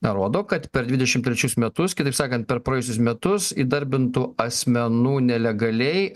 rodo kad per dvidešimt trečius metus kitaip sakant per praėjusius metus įdarbintų asmenų nelegaliai